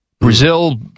Brazil